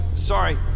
sorry